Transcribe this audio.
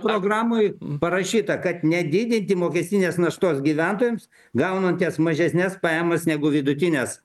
programoj parašyta kad nedidinti mokestinės naštos gyventojams gaunanties mažesnes pajamas negu vidutinės